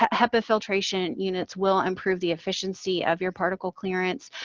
hepa filtration units will improve the efficiency of your particle clearance,